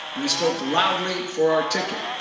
they spoke loudly for our ticket.